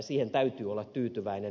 siihen täytyy olla tyytyväinen